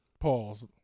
Pause